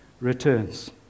returns